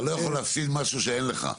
אתה לא יכול להפסיד משהו שאין לך.